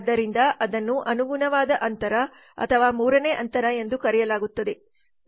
ಆದ್ದರಿಂದ ಅದನ್ನು ಅನುಗುಣವಾದ ಅಂತರ ಅಥವಾ ಮೂರನೇ ಅಂತರ ಎಂದು ಕರೆಯಲಾಗುತ್ತದೆ